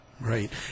Right